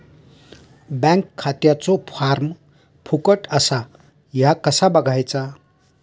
Bank खात्याचो form फुकट असा ह्या कसा बगायचा?